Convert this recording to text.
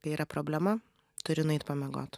kai yra problema turi nueit pamiegot